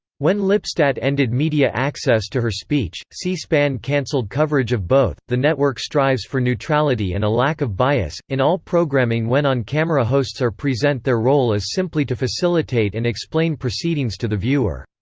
when lipstadt ended media access to her speech, c-span canceled coverage of both the network strives for neutrality and a lack of bias in all programming when on-camera hosts are present their role is simply to facilitate and explain proceedings to the viewer.